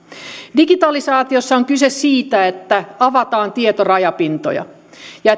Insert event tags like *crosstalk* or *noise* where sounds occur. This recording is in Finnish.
digitalisaatiossa on kyse siitä että avataan tietorajapintoja ja *unintelligible*